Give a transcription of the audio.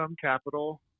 Capital